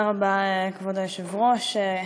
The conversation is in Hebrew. תודה רבה, כבוד היושב-ראש.